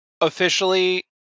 officially